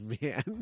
man